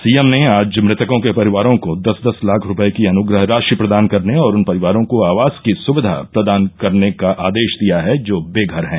CM ने आज मृतकों के परिवारों को दस दस लाख रुपये की अनुग्रह राशि प्रदान करने और उन परिवारों को आवास की सुविधा प्रदान करने का आदेश दिया है जो वेघर हैं